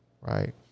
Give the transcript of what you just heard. Right